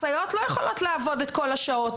הסייעות לא יכולות לעבוד את כל השעות,